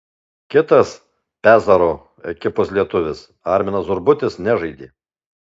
kitas pezaro ekipos lietuvis arminas urbutis nežaidė